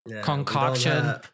concoction